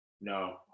No